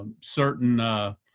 Certain